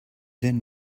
then